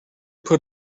put